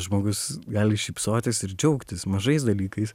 žmogus gali šypsotis ir džiaugtis mažais dalykais